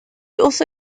also